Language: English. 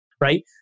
right